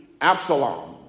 Absalom